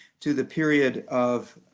to the period of